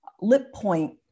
lip-point